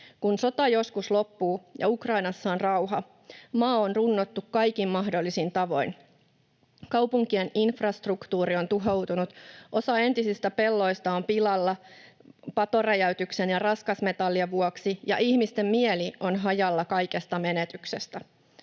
Kun sota joskus loppuu ja Ukrainassa on rauha, maa on runnottu kaikin mahdollisin tavoin. Kaupunkien infrastruktuuri on tuhoutunut, osa entisistä pelloista on pilalla patoräjäytyksen ja raskasmetallien vuoksi, ja ihmisten mieli on hajalla kaikesta menetyksestä.